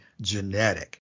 genetic